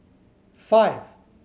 five